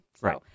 Right